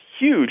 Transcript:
huge